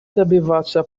добиваться